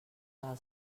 del